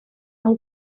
amb